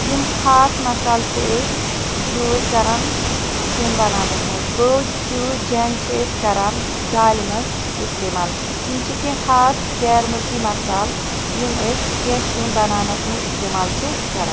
یِم خاص مَسال چھِ أسۍ یوٗز کَران سِیُن بَناونَس منٛز گوچوٗگینٛگ چھِ أسۍ کَرن دالہِ منٛز اِستِمال یِم چھِ کیٚنٛہہ خاص غیر مُلکی مسال یِم أسۍ کیٚنٛہہ سِیُن بناونَس منٛز اِستِمال چھِ کَران